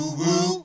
woo